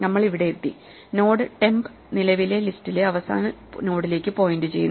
നമ്മൾ ഇവിടെ എത്തി നോഡ് ടെംപ് നിലവിലെ ലിസ്റ്റിലെ അവസാന നോഡിലേക്ക് പോയിന്റ് ചെയ്യുന്നു